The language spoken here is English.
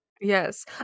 Yes